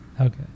Okay